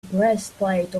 breastplate